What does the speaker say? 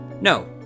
No